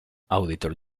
auditor